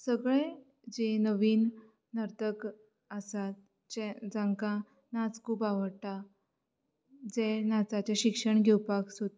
सगळे जे नवीन नर्तक आसात जे जांकां नाच खूब आवडटा जे नाचाचे शिक्षण घेवपाक सोदतात